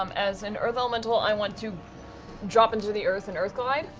um as an earth elemental i want to drop into the earth and earthglide.